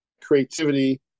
creativity